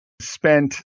spent